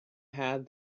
had